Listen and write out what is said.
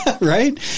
Right